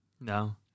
No